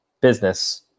Business